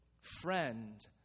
Friend